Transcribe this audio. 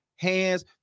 Hands